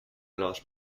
lâche